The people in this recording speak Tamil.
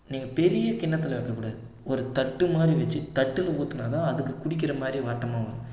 நீங்கள் பெரிய கிண்ணத்தில் வைக்கக்கூடாது ஒரு தட்டுமாதிரி வச்சு தட்டில் ஊற்றுனாதான் அதுக்கு குடிக்கிறமாதிரி வாட்டமாக வரும்